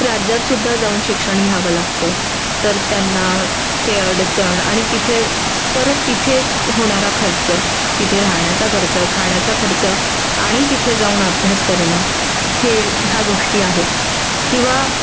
राज्यातसुद्धा जाऊन शिक्षण घ्यावं लागतं तर त्यांना ते अडचण आणि तिथे परत तिथे होणारा खर्च तिथे राहण्याचा खर्च खाण्याचा खर्च आणि तिथे जाऊन अभ्यास करणं हे ह्या गोष्टी आहेत किंवा